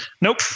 Nope